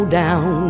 down